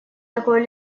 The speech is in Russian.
такое